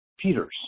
Peters